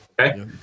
Okay